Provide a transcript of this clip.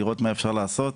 לראות מה אפשר לעשות.